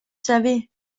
savais